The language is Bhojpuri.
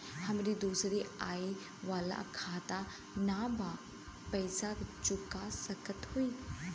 हमारी दूसरी आई वाला खाता ना बा पैसा चुका सकत हई?